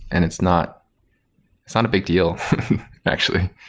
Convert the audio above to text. and it's not it's not a big deal actually.